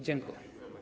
Dziękuję.